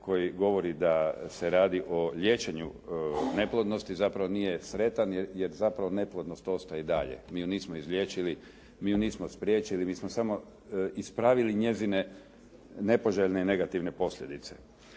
koji govori da se radi o liječenju neplodnosti zapravo nije sretan, jer zapravo neplodnost ostaje i dalje. Mi je nismo izliječili. Mi je nismo spriječili. Mi smo samo ispravili njezine nepoželjne i negativne posljedice.